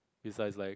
it's like like